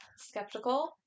skeptical